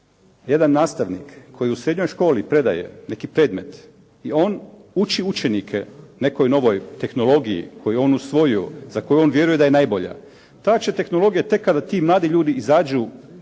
jedan nastavnik koji u srednjoj školi predaje neki predmet i oni uči učenike nekoj novoj tehnologiji koju je on usvojio, za koju on vjeruje da je najbolja, ta će tehnologija tek kada ti mladi ljudi izađu